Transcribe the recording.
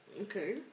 okay